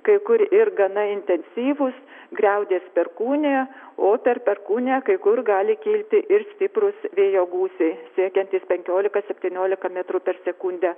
kai kur ir gana intensyvūs griaudės perkūnija o per perkūniją kai kur gali kilti ir stiprūs vėjo gūsiai siekiantys penkiolika septyniolika metrų per sekundę